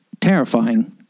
terrifying